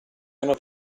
hanno